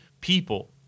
people